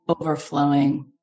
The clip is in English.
overflowing